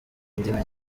indimi